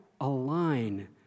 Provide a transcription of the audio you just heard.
align